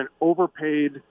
overpaid